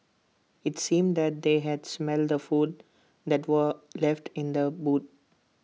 IT seemed that they had smelt the food that were left in the boot